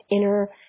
inner